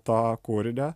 to kūrinio